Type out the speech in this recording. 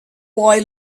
boy